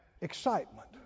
excitement